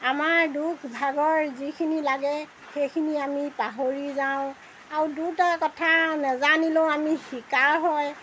আমাৰ দুখ ভাগৰ যিখিনি লাগে সেইখিনি আমি পাহৰি যাওঁ আৰু দুটা কথা নেজানিলেও আমি শিকা হয়